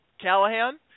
Callahan